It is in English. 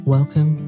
Welcome